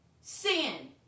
sin